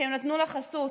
שנתנו לה חסות,